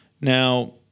now